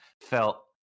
felt